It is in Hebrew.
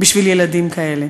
בשביל ילדים כאלה.